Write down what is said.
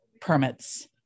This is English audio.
permits